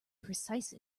precise